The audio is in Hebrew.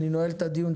אני נועל את הדיון.